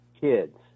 kids